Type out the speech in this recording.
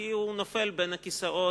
כי היא נופלת בין הכיסאות